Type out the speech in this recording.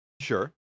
sure